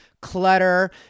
clutter